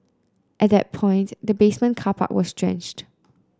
at that point the basement car park was drenched